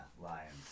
Lions